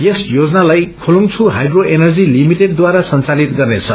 यस योजनालाई Kholongchhu hydro energy लिमिटेडद्वारा संचालित गर्नेछ